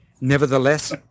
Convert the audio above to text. Nevertheless